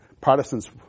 Protestants